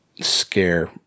scare